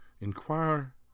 inquire